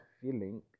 feeling